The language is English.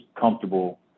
comfortable